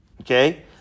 Okay